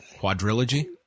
quadrilogy